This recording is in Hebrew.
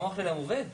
המוח שלהם עובד.